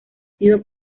sido